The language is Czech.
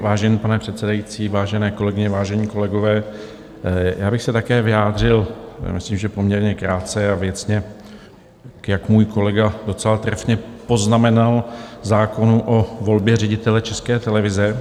Vážený pane předsedající, vážené kolegyně, vážení kolegové, já bych se také vyjádřil, myslím že poměrně krátce a věcně, jak můj kolega docela trefně poznamenal, k zákonu o volbě ředitele České televize.